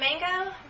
mango